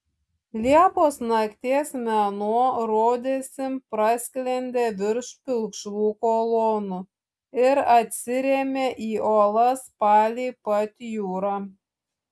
liepos nakties mėnuo rodėsi prasklendė virš pilkšvų kolonų ir atsirėmė į uolas palei pat jūrą